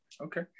Okay